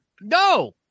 No